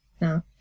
no